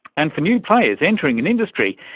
and for new players entering an industry,